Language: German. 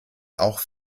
auch